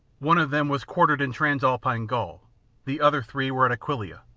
one of them was quartered in transalpine gaul the other three were at aquileia,